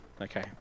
Okay